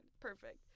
perfect